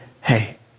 hey